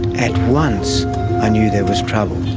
at once i knew there was trouble.